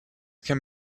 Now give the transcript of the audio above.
can